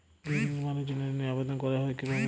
গৃহ নির্মাণের জন্য ঋণের আবেদন করা হয় কিভাবে?